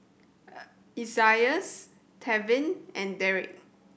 Isaias Tevin and Deric